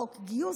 חוק גיוס.